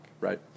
right